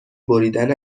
بریدن